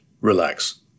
relax